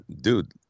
Dude